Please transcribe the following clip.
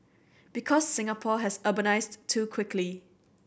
because Singapore has urbanised too quickly